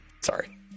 Sorry